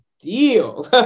deal